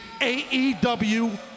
AEW